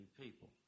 people